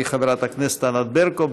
היא חברת הכנסת ענת ברקו.